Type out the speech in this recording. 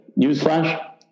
newsflash